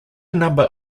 number